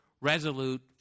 resolute